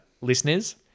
listeners